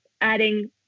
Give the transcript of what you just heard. adding